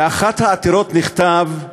באחת העתירות נכתב: